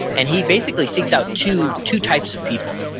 and he basically seeks out two two types of people.